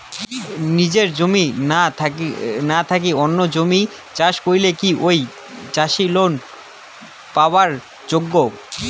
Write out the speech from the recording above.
নিজের জমি না থাকি অন্যের জমিত চাষ করিলে কি ঐ চাষী লোন পাবার যোগ্য?